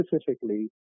specifically